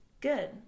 Good